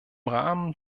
rahmen